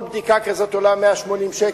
כל בדיקה כזאת עולה 180 ש"ח.